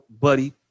buddy